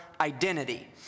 identity